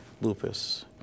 lupus